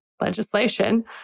legislation